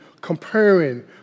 comparing